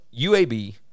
UAB